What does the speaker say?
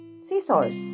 Scissors